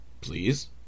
please